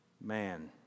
Man